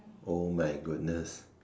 oh my goodness